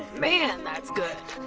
man, that's good!